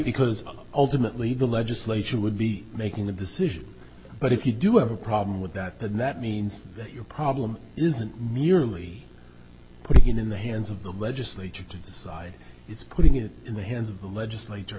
because ultimately the legislature would be making the decision but if you do have a problem with that and that means that your problem isn't merely putting it in the hands of the legislature to decide it's putting it in the hands of the legislature